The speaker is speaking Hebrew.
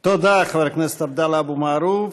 תודה, חבר הכנסת עבדאללה אבו מערוף.